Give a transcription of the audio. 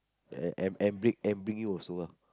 ya I I I bring you also lah